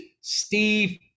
Steve